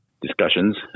discussions